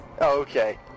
Okay